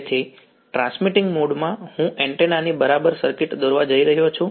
તેથી transmitting mode માં હું એન્ટેના ની બરાબર સર્કિટ દોરવા જઈ રહ્યો છું